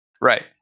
Right